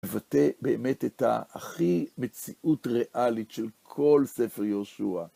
מבטא באמת את ההכי מציאות ריאלית של כל ספר יהושע.